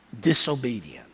disobedient